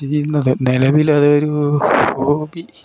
ചെയ്യുന്നത് നിലവിൾ അതൊരു ഹോബി